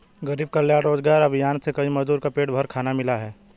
गरीब कल्याण रोजगार अभियान से कई मजदूर को पेट भर खाना मिला है